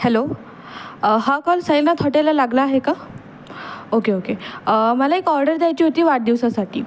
hello हा call Sainath हॉटेलला लागला आहे का ओके ओके मला एक ऑर्डर द्यायची होती वाढदिवसासाठी